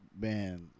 Man